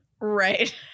right